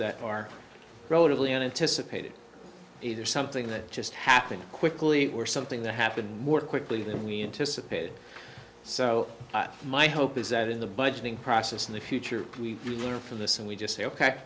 that are relatively an anticipated either something that just happened quickly or something that happened more quickly than we anticipated so my hope is that in the budgeting process in the future we learn from this and we just say ok